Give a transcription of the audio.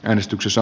äänestyksessä